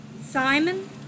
Simon